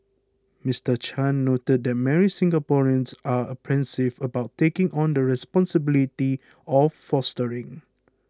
Mister Chan noted that many Singaporeans are apprehensive about taking on the responsibility of fostering